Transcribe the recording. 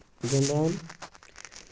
گِندان